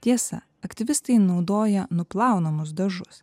tiesa aktyvistai naudoja nuplaunamus dažus